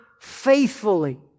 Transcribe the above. faithfully